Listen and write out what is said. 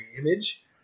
Image